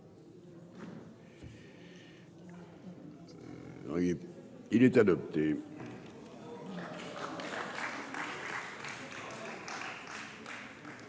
Il est adopté,